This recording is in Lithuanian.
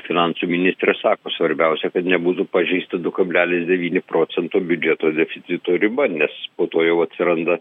finansų ministrė sako svarbiausia kad nebūtų pažeisti du kablelis devyni procento biudžeto deficito riba nes po to jau atsiranda